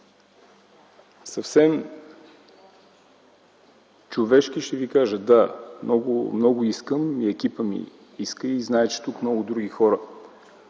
Съвсем човешки ще ви кажа – да, много искам и екипът ми иска, и знаем, че тук много други хора